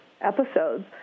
episodes